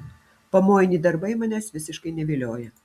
pamoini darbai manęs visiškai nevilioja